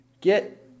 get